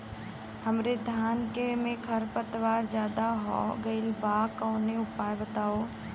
हमरे धान में खर पतवार ज्यादे हो गइल बा कवनो उपाय बतावा?